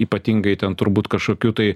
ypatingai ten turbūt kažkokių tai